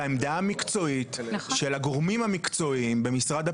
העמדה המקצועית של הגורמים המקצועיים במשרד הפנים,